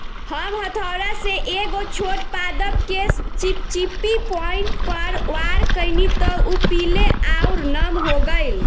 हम हथौड़ा से एगो छोट पादप के चिपचिपी पॉइंट पर वार कैनी त उ पीले आउर नम हो गईल